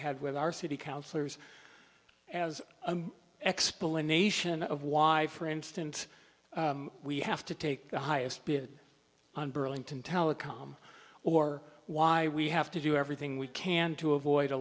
had with our city councillors as an explanation of why for instance we have to take the highest bid on burlington telecom or why we have to do everything we can to avoid a